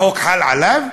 החוק חל עליו?